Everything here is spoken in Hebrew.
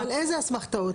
אבל איזה אסמכתאות?